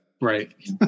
Right